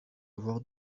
avoir